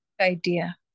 idea